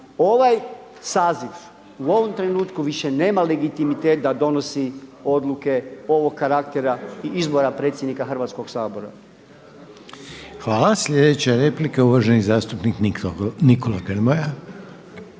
Ovaj saziv u ovom trenutku više nema legitimitet da donosi odluke ovog karaktera i izbora predsjednika Hrvatskog sabora. **Reiner, Željko (HDZ)** Hvala. Sljedeća replika je uvaženi zastupnik Nikola Grmoja.